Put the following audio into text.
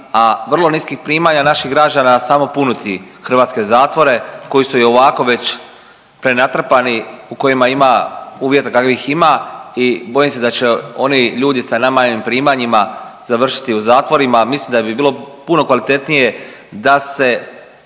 a vrlo niskih primanja naših građana samo puniti hrvatske zatvore koji su i ovako već prenatrpani u kojima ima uvjeta kakvih ima i bojim se da će oni ljudi sa najmanjim primanjima završiti u zatvorima. A mislim da bi bilo puno kvalitetnije da se